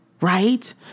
right